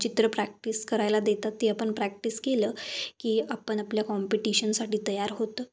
चित्र प्रॅक्टिस करायला देतात ते आपण प्रॅक्टिस केलं की आपण आपल्या कॉम्पिटिशनसाठी तयार होतो